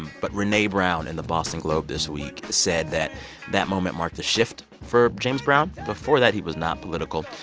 but renee brown in the boston globe this week said that that moment marked a shift for james brown. before that, he was not political.